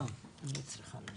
טוב, אני רוצה עכשיו